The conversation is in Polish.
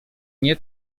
nie